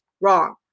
Wrong